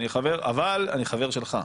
אני חבר שלך,